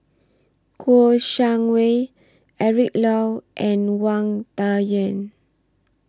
Kouo Shang Wei Eric Low and Wang Dayuan